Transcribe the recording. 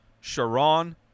Sharon